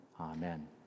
amen